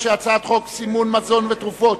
ההצעה להעביר את הצעת חוק סימון מזון ותרופות